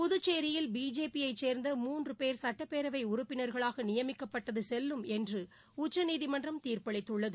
புதுச்சேரியில் பிஜேபி யை சேர்ந்த மூன்று பேர் சட்டப்பேரவை உறுப்பினர்களாக நியமிக்கப்பட்டது செல்லும் என்று உச்சநீதிமன்றம் தீர்ப்பளித்துள்ளது